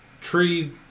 tree